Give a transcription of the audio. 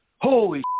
holy